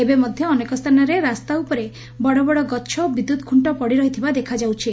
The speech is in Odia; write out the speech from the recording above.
ଏବେ ମଧ୍ଧ ଅନେକ ସ୍ତାନରେ ରାସ୍ତା ଉପରେ ବଡ ବଡ ଗଛ ଓ ବିଦ୍ୟୁତ୍ ଖୁଙ୍କ ପଡିରହିଥିବା ଦେଖାଯାଉଛି